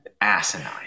asinine